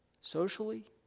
socially